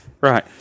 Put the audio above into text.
Right